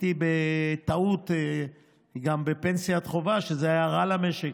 הייתי בטעות גם בפנסיית חובה, שזה היה רע למשק,